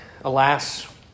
Alas